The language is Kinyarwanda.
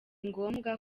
ngombwa